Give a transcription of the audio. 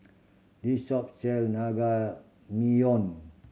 this shop sell